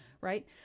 right